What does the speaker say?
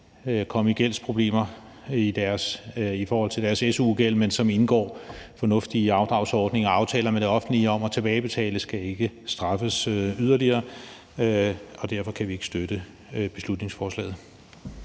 komme i gældsproblemer i forhold til deres su-gæld, men som indgår fornuftige afdragsordninger og aftaler med det offentlige om at tilbagebetale, skal ikke straffes yderligere, og derfor kan vi ikke støtte beslutningsforslaget.